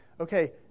okay